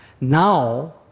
Now